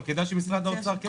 אבל כדאי שתבדקו את זה.